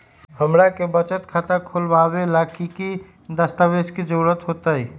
हमरा के बचत खाता खोलबाबे ला की की दस्तावेज के जरूरत होतई?